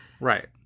Right